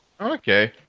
Okay